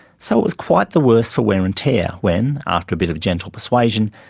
so it was quite the worse for wear and tear when, after a bit of gentle persuasion,